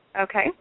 Okay